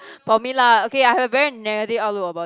for me lah okay I've a very negative outlook about it